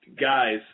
guys